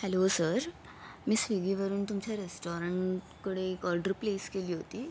hello sir मी स्विगीवरून तुमच्या रेस्टाॅरंटकडे एक ऑर्डर प्लेस केली होती